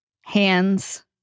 hands